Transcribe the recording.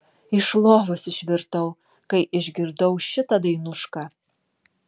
iš lovos išvirtau kai išgirdau šitą dainušką